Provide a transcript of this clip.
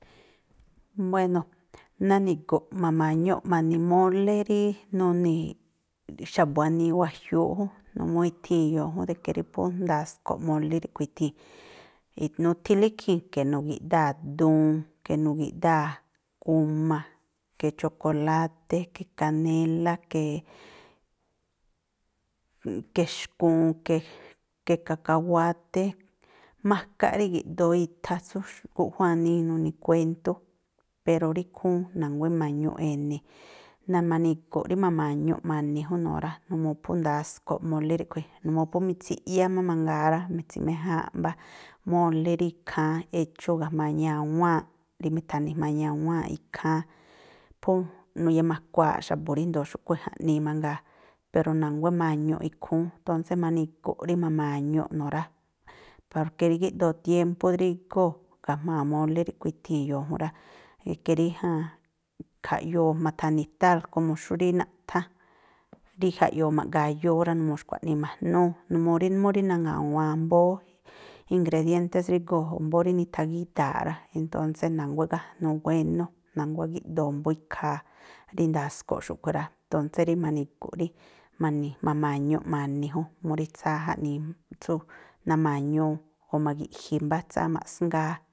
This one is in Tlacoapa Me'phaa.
Buéno̱, nani̱gu̱ꞌ ma̱ma̱ñuꞌ ma̱ni̱ mólé rí nuni̱ xa̱bu̱ wanii wajiúúꞌ jún, numuu ithii̱ e̱yo̱o̱ jún de ke rí phú ndasko̱ꞌ mólé ríꞌkhui̱ ithii̱. nuthi lá ikhii̱n, ke nugi̱ꞌdáa̱ duun, ke nugi̱ꞌdáa̱ guma, ke chokoláté, ke kanélá ke, ke xkuun ke, ke kakahuáté, makaꞌ rí igi̱ꞌdoo itha tsú gu̱ꞌjú wanii, nuni̱ kuéntú, pero rí ikhúún na̱nguá ima̱ñuꞌ e̱ni̱, nama̱ni̱gu̱ꞌ rí ma̱ma̱ñuꞌ ma̱ni̱ jún no̱o rá, numuu phú ndasko̱ꞌ mólé ríꞌkhui̱. Numuu phú mitsiꞌyá má mangaa rá, mi̱tsi̱méjáánꞌ mbá mólé rí ikháán échú ga̱jma̱a ñawáánꞌ, rí mi̱tha̱ni̱ jma̱a ñawáánꞌ ikháán, phú nuyamakuaaꞌ xa̱bu̱ ríndo̱o xúꞌkhui̱ jaꞌnii mangaa. Pero na̱nguá ima̱ñuꞌ ikhúún, tónsé ma̱ni̱gu̱ꞌ rí ma̱ma̱ñuꞌ no̱o rá. Porke rí gíꞌdoo tiémpú drígóo̱ ga̱jma̱a mólé ríꞌkhui̱ ithii̱ e̱yo̱o̱ jún rá, de ke rí jan khaꞌyoo ma̱tha̱ni tal komo xú rí naꞌthá rí jaꞌyoo ma̱ꞌgayóó rá numuu xkua̱ꞌnii ma̱jnúú, numuu rí mú rí naŋa̱wa̱a mbóó ingrediéntés drígóo̱, o̱ mbóó rí nithagída̱aꞌ rá, entónsé na̱nguá igájnuu wénú, na̱nguá gíꞌdoo mbóó ikhaa rí ndasko̱ꞌ xúꞌkhui̱ rá. Tónsé rí ma̱ni̱gu̱ꞌ rí ma̱ni̱, ma̱ma̱ñuꞌ ma̱ni̱ jún, mú rí tsáá jaꞌnii tsú nama̱ñuu o̱ ma̱gi̱ꞌji̱ mbáá tsáá maꞌsngáá.